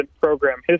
program